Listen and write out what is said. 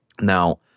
Now